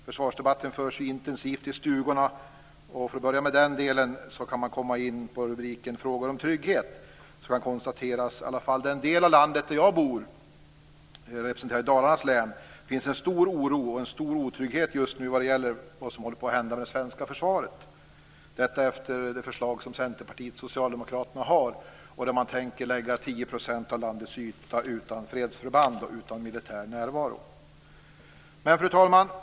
Försvarsdebatten förs ju intensivt i stugorna, och för att börja med den delen kan man komma in på rubriken "Frågor om trygghet" och kan då konstatera att i alla fall i den del av landet där jag bor - jag representerar Dalarnas län - finns det en stor oro och en stor otrygghet just nu som gäller vad som håller på att hända med det svenska försvaret; detta efter det förslag som Centerpartiet och Socialdemokraterna har lagt fram i vilket man tänker lägga 10 % av landets yta utan fredsförband och utan militär närvaro. Fru talman!